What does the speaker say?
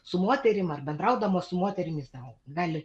su moterim ar bendraudamas su moterim jis sau gali